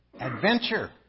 adventure